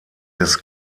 des